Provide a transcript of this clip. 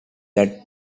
that